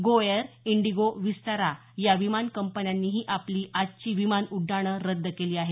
GoAir IndiGo Vistara या विमान कंपन्यांनीही आपली आजची विमानउड्डाणं रद्द केली आहेत